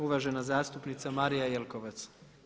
Uvažena zastupnica Marija Jelkovac.